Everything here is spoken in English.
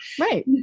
Right